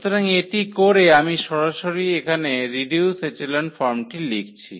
সুতরাং এটি করে আমি সরাসরি এখানে রিডিউসড এচেলন ফর্মটি লিখছি